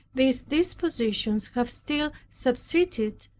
these dispositions have still subsisted,